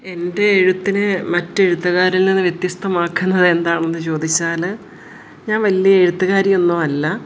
എൻ്റെ എഴുത്തിനെ മറ്റ് എഴുത്തുകാരിൽ നിന്ന് വ്യത്യസ്തമാക്കുന്നത് എന്താണെന്ന് ചോദിച്ചാൽ ഞാൻ വലിയ എഴുത്തുകാരി ഒന്നും അല്ല